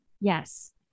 Yes